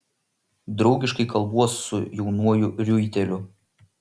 draugiškai kalbuos su jaunuoju riuiteliu